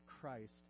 Christ